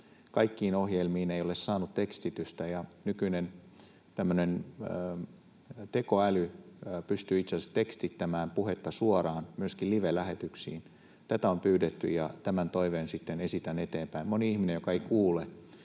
Kaikkiin ohjelmiin ei ole saatu tekstitystä, ja nykyinen tekoäly pystyy itse asiassa tekstittämään puhetta suoraan myöskin livelähetyksiin. Tätä on pyydetty, ja tämän toiveen sitten esitän eteenpäin. Moni ihminen, joka ei kuule,